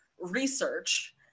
research